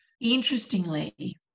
Interestingly